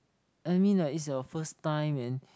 I mean like is your first time then